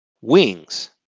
wings